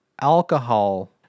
alcohol